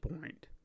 point